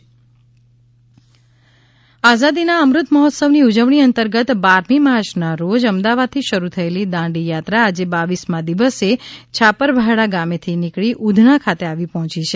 દાંડીયા ત્રા આઝાદીના અમૃત મહોત્સવની ઉજવણી અંતર્ગત બારમી માર્ચના રોજ અમદાવાદથી શરૂ થયેલી દાંડીયાત્રા આજે બાવીસમાં દિવસે છાપરભાઠા ગામેથી નીકળી ઉધના ખાતે આવી પહોંચી છે